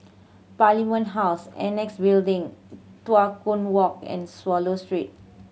Parliament House Annexe Building Tua Kong Walk and Swallow Street